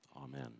Amen